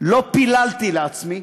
לא פיללתי לעצמי